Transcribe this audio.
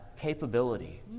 capability